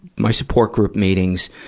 my support group meetings,